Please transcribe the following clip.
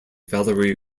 valerie